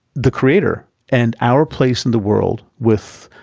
the creator and our place in the world with,